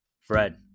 Fred